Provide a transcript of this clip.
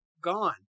gone